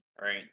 right